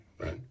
right